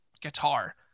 guitar